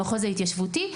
המחוז ההתיישבותי,